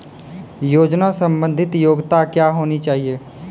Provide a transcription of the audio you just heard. योजना संबंधित योग्यता क्या होनी चाहिए?